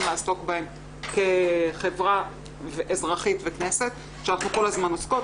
לעסוק בהם כחברה אזרחית וכנסת שאנחנו כל הזמן עוסקות,